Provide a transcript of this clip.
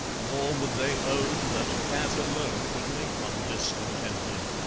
nor would they own that fat alone could make one discontented.